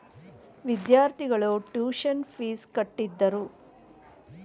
ವಿದ್ಯಾರ್ಥಿಗಳು tuition fees ಕಟ್ಟಿದರು